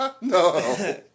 No